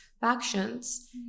factions